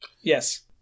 Yes